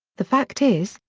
the fact is,